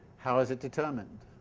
how is it determined?